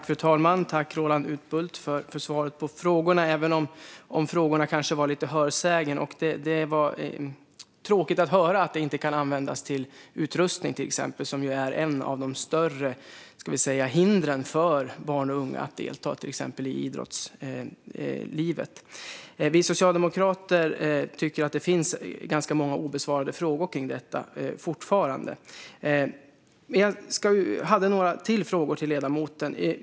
Fru talman! Tack, Roland Utbult, för svaret på frågorna, även om svaren kanske grundade sig på hörsägen. Det var tråkigt att höra att det inte kan användas till utrustning till exempel, eftersom det är ett av de större hindren för barn och unga att delta till exempel i idrottslivet. Vi socialdemokrater tycker att det finns ganska många obesvarade frågor kring detta fortfarande, och jag hade ytterligare några frågor till ledamoten.